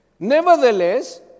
Nevertheless